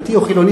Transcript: דתי או חילוני,